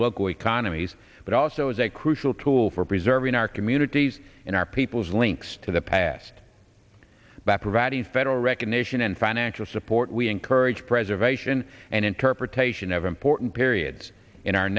local economies but also is a crucial tool for preserving our communities in our people's links to the past by providing federal recognition and financial support we encourage preservation and interpretation of important periods in our